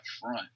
front